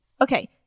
okay